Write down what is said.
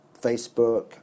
Facebook